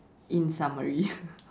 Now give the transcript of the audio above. in summary